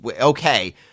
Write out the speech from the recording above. okay